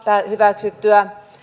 hyväksyttyä